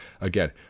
Again